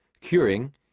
Curing